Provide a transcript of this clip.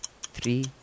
three